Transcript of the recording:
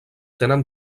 tenen